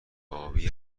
آبی